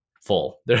full